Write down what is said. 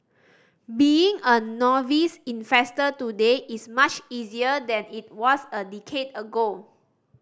being a novice investor today is much easier than it was a decade ago